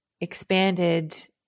expanded